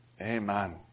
Amen